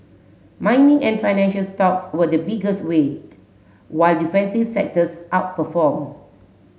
mining and financial stocks were the biggest weight while defensive sectors outperformed